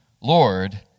Lord